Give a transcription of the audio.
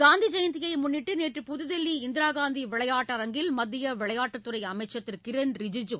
காந்தி ஜெயந்தியை முன்னிட்டு நேற்று புதுதில்லி இந்திரா காந்தி விளையாட்டரங்கில் மத்திய விளையாட்டுத் துறை அமைச்சர் திரு கிரண் ரிஜிஜூ